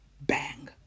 Bang